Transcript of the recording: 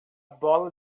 bola